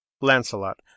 Lancelot